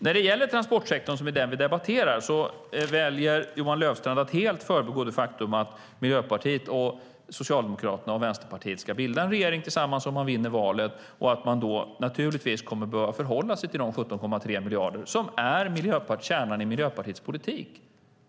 När det gäller transportsektorn, som är det vi debatterar, väljer Johan Löfstrand att helt förbigå det faktum att Miljöpartiet, Socialdemokraterna och Vänsterpartiet ska bilda en regering tillsammans om man vinner valet. Då kommer man naturligtvis att behöva förhålla sig till de 17,3 miljarder som är kärnan i Miljöpartiets politik.